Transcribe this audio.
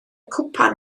cwpan